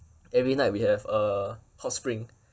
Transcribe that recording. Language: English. every night we have uh hot spring